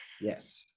Yes